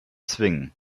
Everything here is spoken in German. zwingen